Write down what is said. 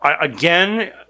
again